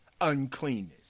uncleanness